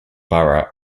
borough